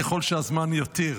ככל שהזמן יתיר.